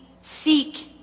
seek